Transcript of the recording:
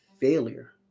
failure